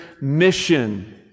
mission